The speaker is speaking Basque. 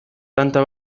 tanta